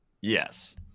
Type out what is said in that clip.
Yes